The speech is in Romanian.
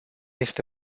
este